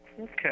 Okay